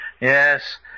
Yes